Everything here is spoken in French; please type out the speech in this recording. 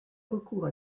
recours